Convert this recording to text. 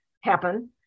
happen